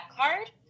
card